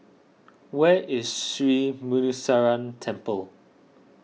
where is Sri Muneeswaran Temple